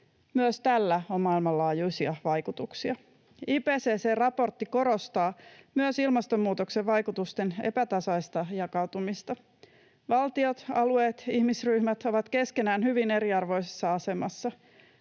myös tällä on maailmanlaajuisia vaikutuksia. IPCC-raportti korostaa myös ilmastonmuutoksen vaikutusten epätasaista jakautumista. Valtiot, alueet, ihmisryhmät ovat keskenään hyvin eriarvoisessa asemassa.